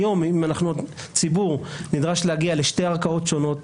היום הציבור נדרש להגיע לשתי ערכאות שונות: